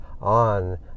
on